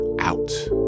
out